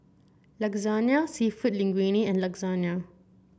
Lasagne seafood Linguine and Lasagne